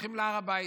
שהולכים להר הבית.